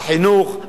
החינוך,